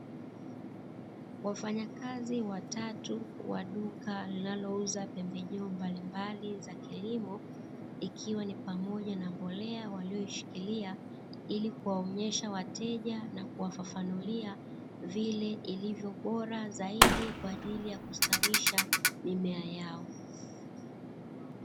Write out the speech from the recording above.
Wafanyakazi watatu wa duka linalouza pembejeo mbalimbali za kilimo, ikiwa ni pamoja na mbolea waliyoishikiria ili kuwaonyesha wateja na kuwafafanulia vile ilivyo bora zaidi kwa ajili ya kustawisha mimea yao.